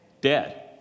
dead